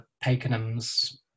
Pakenham's